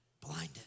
blinded